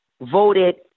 voted